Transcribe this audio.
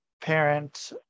parent